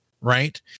right